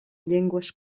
llengües